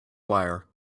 wire